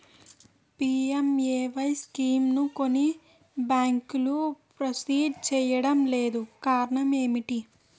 PMAY స్కీమును కొన్ని బ్యాంకులు ప్రాసెస్ చేయడం లేదు కారణం ఏమిటి?